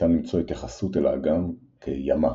ניתן למצוא התייחסות אל האגם כ"ימה".